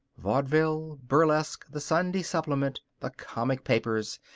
vaudeville, burlesque, the sunday supplement, the comic papers,